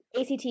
ACT